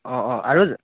অঁ অঁ আৰু